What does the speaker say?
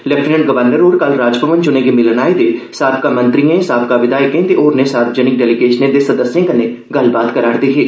lieutenant governor होर कल राजभवन च उनेंगी मिलन आए दे साबका मंत्रिएं साबका विधायकें ते होरनें सार्वजनिक डेलीगेशनें दे सदस्यें कन्नै गल्लबात करा करदे हे